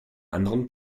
anderen